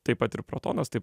taip pat ir protonas taip